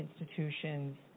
institutions